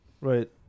Right